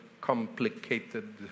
complicated